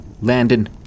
Landon